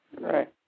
right